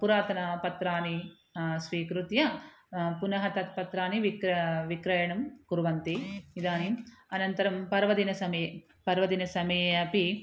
पुरातनपत्राणि स्वीकृत्य पुनः तानि पत्राणि विक् विक्रयणं कुर्वन्ति इइदानीम् अनन्तरं पर्वदिनसमये पर्वदिनसमये अपि